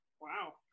Wow